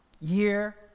year